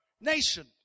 nation